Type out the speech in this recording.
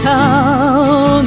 town